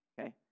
okay